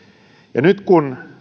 nyt